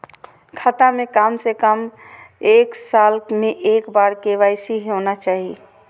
खाता में काम से कम एक साल में एक बार के.वाई.सी होना चाहि?